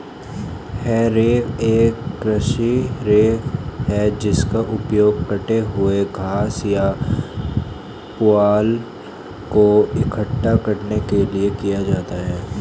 हे rake एक कृषि rake है जिसका उपयोग कटे हुए घास या पुआल को इकट्ठा करने के लिए किया जाता है